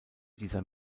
dieser